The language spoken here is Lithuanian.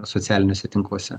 socialiniuose tinkluose